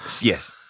Yes